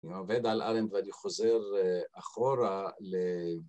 אני עובד על ארנד ואני חוזר אחורה ל...